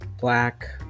black